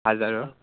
হাজাৰৰ